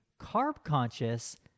carb-conscious